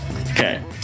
Okay